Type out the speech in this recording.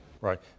Right